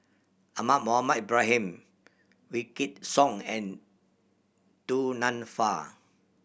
Ahmad Mohamed Ibrahim Wykidd Song and Du Nanfa